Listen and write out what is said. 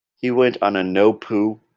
he went on a no poo